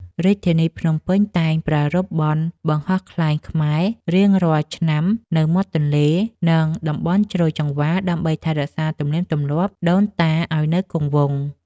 រាជធានីភ្នំពេញតែងប្រារព្ធបុណ្យបង្ហោះខ្លែងខ្មែររៀងរាល់ឆ្នាំនៅមាត់ទន្លេ និង តំបន់ជ្រោយចង្វារដើម្បីថែរក្សាទំនៀមទម្លាប់ដូនតាឱ្យនៅគង់វង្ស។